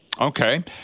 Okay